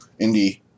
indie